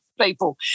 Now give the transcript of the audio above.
people